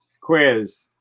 quiz